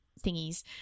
thingies